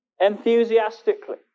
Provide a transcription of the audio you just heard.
enthusiastically